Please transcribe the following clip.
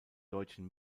deutschen